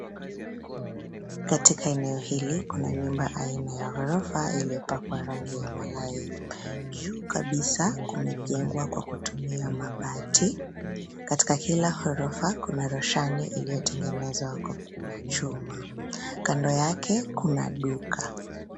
Katika eneo hili, kuna nyumba aina ya ghorofa iliyopakwa rangi ya malai. Juu kabisa kumejengwa kwa kutumia mabati. Katika kila ghorofa, kuna roshani iliyotengenezwa na chuma, kando yake kuna duka.